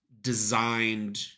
designed